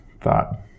thought